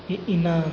E ಇನ್ನು